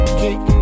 kick